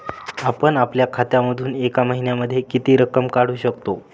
आपण आपल्या खात्यामधून एका महिन्यामधे किती रक्कम काढू शकतो?